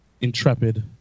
intrepid